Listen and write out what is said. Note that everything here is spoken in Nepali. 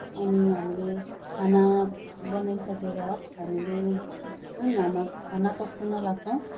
अनि हामीले खाना बनाइसकेर हामीले जुन अब खाना पस्किन लाग्छौँ